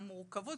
המורכבות.